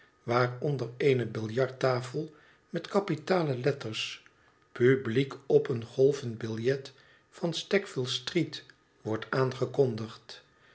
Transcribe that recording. waaronder eene biljarttafel met kapitale letters publiek op een golvend biljet in sackville street wordt aangekondigd